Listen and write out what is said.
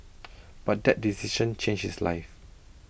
but that decision changed his life